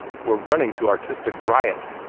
were running to artistic riot.